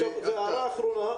הערה אחרונה.